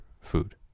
food